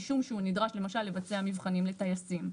משום שהוא נדרש למשל לבצע מבחנים לטייסים.